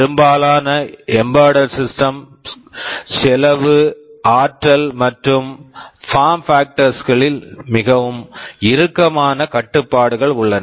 பெரும்பாலான embedded systems embedded systems செலவு ஆற்றல் மற்றும் பாம் பாக்டர்ஸ் form factors களில் மிகவும் இறுக்கமான கட்டுப்பாடுகள் உள்ளன